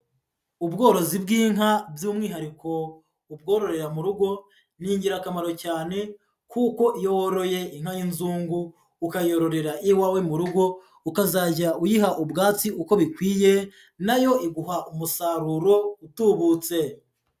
Ubworozi bw'inka by'umwihariko ubwororera mu rugo, ni ingirakamaro cyane kuko iyo woroye inka y'inzungu ukayororera iwawe mu rugo, ukazajya uyiha ubwatsi uko bikwiye nayo iguha umusaruro utubutse.